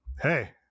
Hey